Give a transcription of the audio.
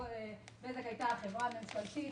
בזק הייתה חברה ממשלתית,